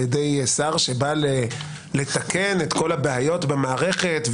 ידי שר שבא לתקן את כל הבעיות במערכת,